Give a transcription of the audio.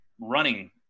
running